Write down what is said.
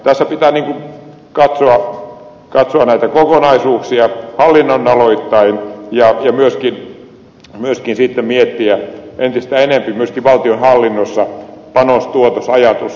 tässä pitää katsoa näitä kokonaisuuksia hallinnonaloittain ja myöskin miettiä entistä enemmän myöskin valtionhallinnossa panostuotos ajatusta